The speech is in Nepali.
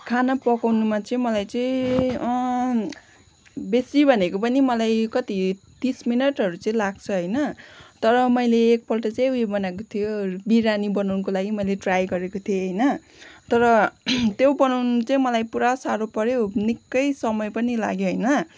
खाना पकाउनुमा चाहिँ मलाई चाहिँ बेसी भनेको पनि मलाई कति तिस मिनटहरू चाहिँ लाग्छ होइन तर मैले एकपल्ट चाहिँ उयो बनाएको थियो बिरियानी बनाउनको लागि मैले ट्राइ गरेको थिएँ होइन तर त्यो बनाउनु चाहिँ मलाई पुरा साह्रो पऱ्यो निक्कै समय पनि लाग्यो होइन